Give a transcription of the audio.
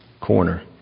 corner